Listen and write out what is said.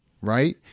right